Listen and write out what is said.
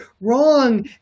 wrong